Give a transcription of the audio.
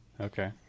Okay